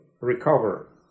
recover